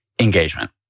engagement